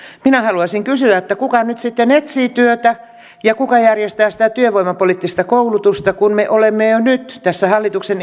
minä haluaisin kysyä kuka nyt sitten etsii työtä ja kuka järjestää sitä työvoimapoliittista koulutusta kun me olemme jo nyt kun tätä hallituksen